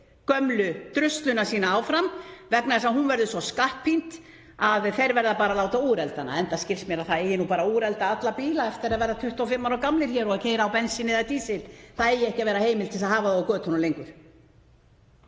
gömlu drusluna sína áfram vegna þess að hún verði svo skattpínd að þeir verði bara að láta úrelda hana? Enda skilst mér að það eigi bara að úrelda alla bíla eftir að þeir verða 25 ára gamlir og keyra á bensíni eða dísil, að ekki eigi að vera heimild til að hafa þá á götunum lengur.